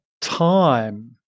time